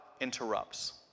interrupts